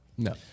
No